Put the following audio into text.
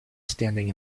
standing